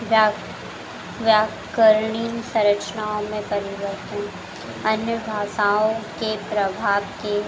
व्या व्याकरणीय सँरचनाओं में परिवर्तन अन्य भाषाओं के प्रभाव के